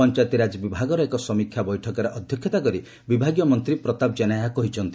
ପଞାୟତିରାଜ ବିଭାଗର ଏକ ସମୀକ୍ଷା ବୈଠକରେ ଅଧ୍ଧକ୍ଷତା କରି ବିଭାଗୀୟ ମନ୍ତୀ ପ୍ରତାପ ଜେନା ଏହା କହିଛନ୍ତି